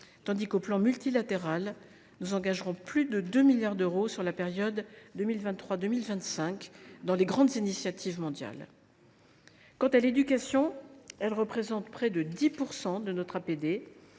tandis qu’au plan multilatéral nous engagerons plus de 2 milliards d’euros sur la période 2023 2025 au bénéfice de grandes initiatives mondiales. L’éducation représente près de 10 % de notre APD,